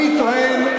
אני טוען,